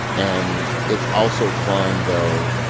and it's also fun, though,